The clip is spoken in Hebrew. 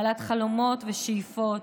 בעלת חלומות ושאיפות,